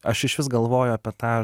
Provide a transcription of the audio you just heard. aš išvis galvoju apie tą